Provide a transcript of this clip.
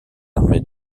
armées